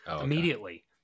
immediately